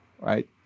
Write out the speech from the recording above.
right